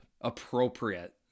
Appropriate